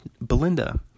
Belinda